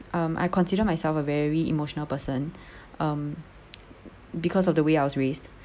um I consider myself a very emotional person um because of the way I was raised